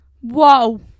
Whoa